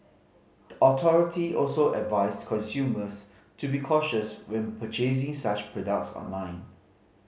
the authority also advised consumers to be cautious when purchasing such products online